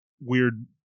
weird